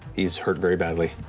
he's hurt very badly.